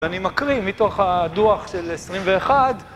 אני מקריא מתוך הדוח של 21